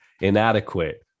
inadequate